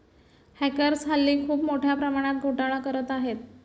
hackers हल्ली खूप मोठ्या प्रमाणात घोटाळा करत आहेत